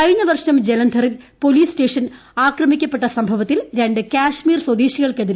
കഴിഞ്ഞ വർഷം ജലന്ധറിൽ പോലീസ് സ്റ്റേഷൻ അക്രമിക്കപ്പെട്ട സംഭവത്തിൽ രണ്ട് കാശ്മീർ സ്വദേശികൾക്കെതിരെ എൻ